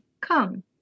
Come